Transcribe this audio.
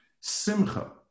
Simcha